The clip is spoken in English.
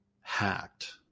hacked